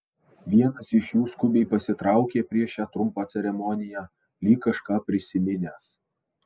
vienas iš jų skubiai pasitraukė prieš šią trumpą ceremoniją lyg kažką prisiminęs